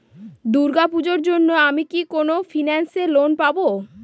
দূর্গা পূজোর জন্য আমি কি কোন ফাইন্যান্স এ লোন পাবো?